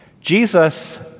Jesus